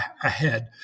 ahead